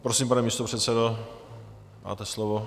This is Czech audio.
Prosím, pane místopředsedo, máte slovo.